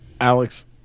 Alex